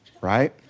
right